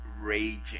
raging